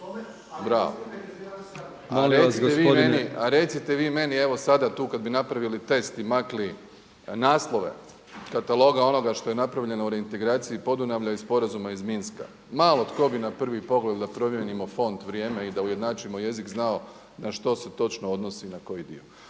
A recite vi meni evo sada tu kada bi napravili test i makli naslove kataloga onoga što je napravljeno u reintegraciji Podunavlja i sporazuma iz Minska, malo tko bi na prvi pogled da promijenimo font, vrijeme i da ujednačimo jezik znao na što se točno odnosi i na koji dio.